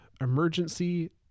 emergency